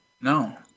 No